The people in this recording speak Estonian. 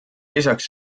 lisaks